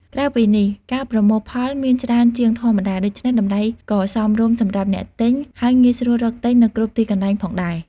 ក្រៅពីនេះ ការប្រមូលផលមានច្រើនជាងធម្មតា ដូច្នេះតម្លៃក៏សមរម្យសម្រាប់អ្នកទិញ ហើយងាយស្រួលរកទិញនៅគ្រប់ទីកន្លែងផងដែរ។